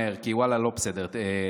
לא בסדר שר ללא תיק.